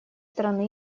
страны